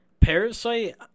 Parasite